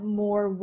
more